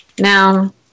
Now